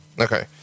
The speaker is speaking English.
Okay